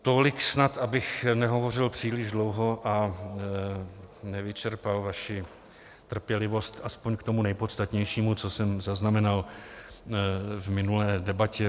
Tolik snad, abych nehovořil příliš dlouho a nevyčerpal vaši trpělivost, aspoň k tomu nejpodstatnějšímu, co jsem zaznamenal v minulé debatě.